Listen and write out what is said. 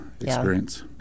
experience